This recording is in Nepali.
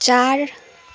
चार